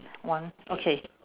one okay